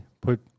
put